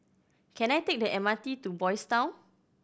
can I take the M R T to Boys' Town